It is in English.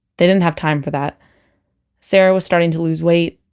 they didn't have time for that sarah was starting to lose weight.